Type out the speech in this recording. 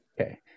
Okay